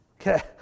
okay